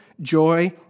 joy